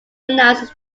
announced